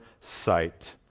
sight